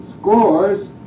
Scores